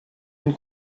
une